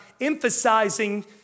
emphasizing